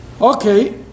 Okay